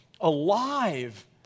alive